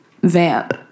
vamp